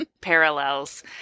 parallels